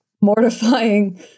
mortifying